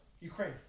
Ukraine